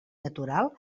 natural